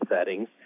settings